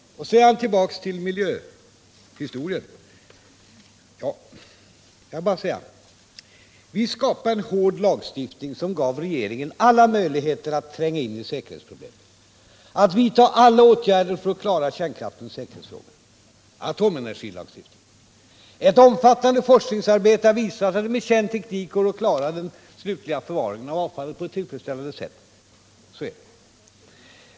Sedan tillbaka till miljöfrågorna: Vi skapade en hård lagstiftning som gav regeringen alla möjligheter att tränga in i säkerhetsproblemen och att vidta alla åtgärder för att klara kärnkraftens säkerhetsfrågor — atomenergilagstiftningen. Ett omfattande forskningsarbete har visat att det med känd teknik går att klara den slutliga förvaringen i dag på ett tillfredsställande sätt. Så är det.